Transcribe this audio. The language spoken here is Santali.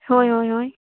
ᱦᱳᱭ ᱦᱳᱭ ᱦᱳᱭ